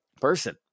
person